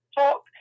talk